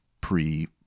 pre